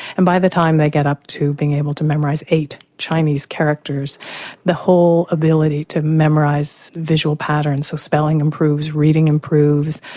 and by the time they get up to being able to memorise eight chinese characters the whole ability to memorise visual patterns of so spelling improves, reading improves,